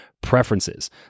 preferences